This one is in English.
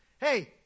Hey